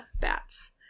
bats